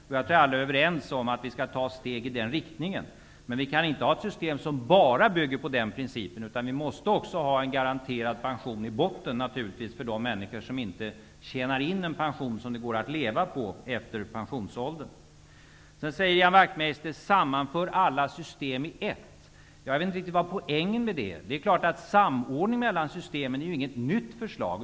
Jag tror att vi alla är överens om att vi skall ta ett steg i den riktningen. Men vi kan inte ha ett system som bygger bara på den principen, utan vi måste naturligtvis också ha garanterad pension i botten för de människor som inte har tjänat in en pension som det går att leva på efter pensionsåldern. Ian Wachtmeister sade att man skall sammanföra alla system till ett. Jag vet inte riktigt vad poängen skulle vara med det. Samordning av systemen är ju inget nytt förslag.